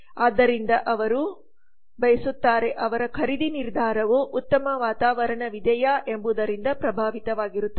ಆದ್ದರಿಂದ ಅವರು ಬಯಸುತ್ತಾರೆ ಅವರ ಖರೀದಿ ನಿರ್ಧಾರವು ಉತ್ತಮ ವಾತಾವರಣವಿದೇಯಾ ಎಂಬುದರಿಂದ ಪ್ರಭಾವಿತವಾಗಿರುತ್ತದೆ